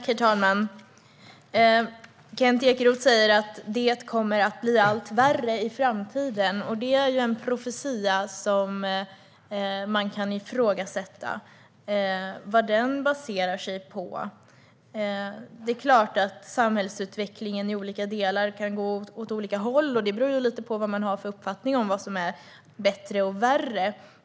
Herr talman! Kent Ekeroth säger att det kommer att bli allt värre i framtiden. Det är en profetia som man kan ifrågasätta vad den baserar sig på. Det är klart att samhällsutvecklingen kan gå åt olika håll, men det beror lite på vad man har för uppfattning om vad som är bättre och värre.